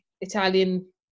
italian